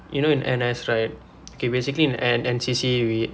you know in N_S right okay basically in N~ N_C_C we